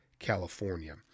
California